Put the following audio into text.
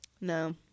No